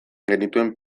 genituen